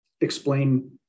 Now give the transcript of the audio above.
explain